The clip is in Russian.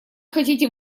хотите